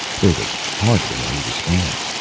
there was hardly any response.